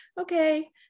okay